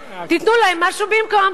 תיתנו להם אקוויוולנט, תיתנו להם משהו במקום.